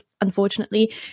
unfortunately